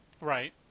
Right